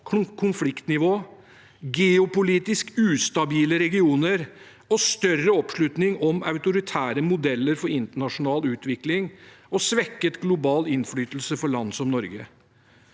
konfliktnivå, geopolitisk ustabile regioner og større oppslutning om autoritære modeller for internasjonal utvikling og svekket global innflytelse for land som Norge.